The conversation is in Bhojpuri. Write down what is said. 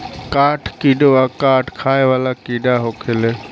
काठ किड़वा काठ खाए वाला कीड़ा होखेले